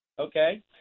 okay